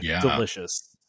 delicious